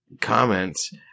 comments